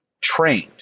trained